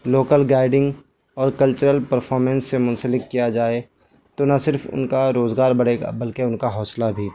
local guiding اور cultural performance سے منسلک کیا جائے تو نہ صرف ان کا روزگار بڑھے بلکہ ان کا حوصلہ بھی